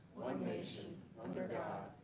nation under god,